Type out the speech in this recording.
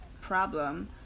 problem